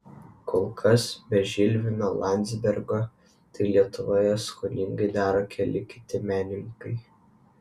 kol kas be žilvino landzbergo tai lietuvoje skoningai daro keli kiti menininkai